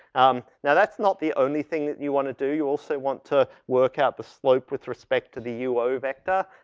um, now, that's not the only thing that you wanna do, you also want to work out the slope with respect to the uo vector.